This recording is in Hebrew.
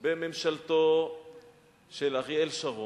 בממשלתו של אריאל שרון,